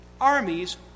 armies